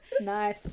Nice